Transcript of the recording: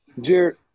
Jared